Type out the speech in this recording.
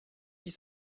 huit